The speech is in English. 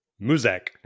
Muzak